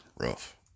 rough